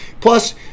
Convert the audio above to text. plus